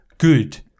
good